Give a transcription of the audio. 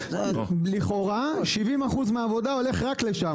לכאורה 70% מהעבודה הולכת רק לשם.